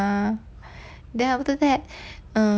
then after that err